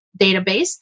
database